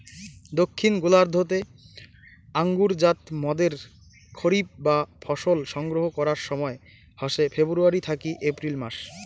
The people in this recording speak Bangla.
দক্ষিন গোলার্ধ তে আঙুরজাত মদের খরিফ বা ফসল সংগ্রহ করার সময় হসে ফেব্রুয়ারী থাকি এপ্রিল মাস